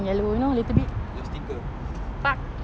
your sticker